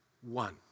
one